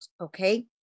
okay